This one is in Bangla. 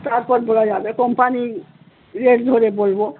তারপর বলা যাবে কোম্পানি রেট ধরে বলব